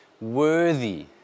worthy